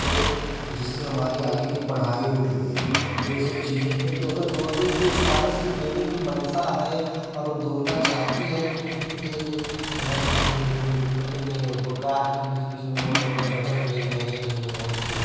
तो जिससे हमारी आगे की पढ़ाई रुक गई तो ये सब चीज़ें हैं तो अगर गौरमेंट को इस्कालरसिप देने की मंशा है और वो ओ देना चाहेती है तो फिर दे दे और नहीं तो फिर वो कोई दिक्कतें नहीं है अब का है कि बीच बीच में बोल देते हैं बजट नहीं है ये नहीं है वो नहीं है